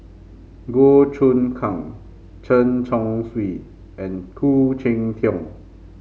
Goh Choon Kang Chen Chong Swee and Khoo Cheng Tiong